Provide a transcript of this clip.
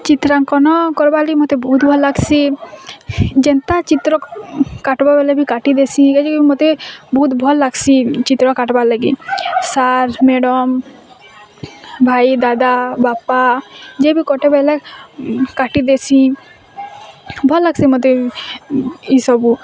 ଚିତ୍ରାଙ୍କନ କର୍ବା ଲାଗି ମୋତେ ବହୁତ ଭଲ ଲାଗ୍ସି ଯେନ୍ତା ଚିତ୍ର କାଟ୍ବା ବୋଲେ କାଟିଦେସି ମୋତେ ବହୁତ ଭଲ୍ ଲାଗ୍ସି ଚିତ୍ର କାଟ୍ବାର୍ ଲାଗି ସାର୍ ମ୍ୟାଡ଼ାମ୍ ଭାଇ ଦାଦା ବାପା ଯେବେ କଟେ ବୋଲେ କାଟିଦେସି ଭଲ୍ ଲାଗ୍ସି ମୋତେ ଇ ସବୁ